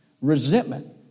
Resentment